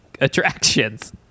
attractions